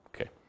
Okay